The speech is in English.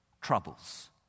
troubles